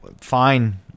fine